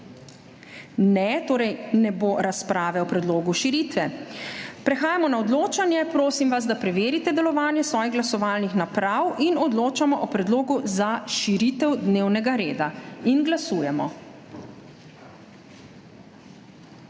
Ne, torej ne bo razprave o predlogu širitve. Prehajamo na odločanje. Prosim vas, da preverite delovanje svojih glasovalnih naprav. Odločamo o predlogu za širitev dnevnega reda. Glasujemo.